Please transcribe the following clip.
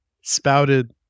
spouted